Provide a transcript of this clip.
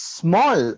small